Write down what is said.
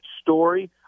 story